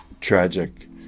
tragic